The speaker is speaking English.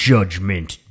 Judgment